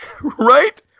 right